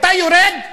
אתה יורד,